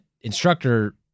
instructor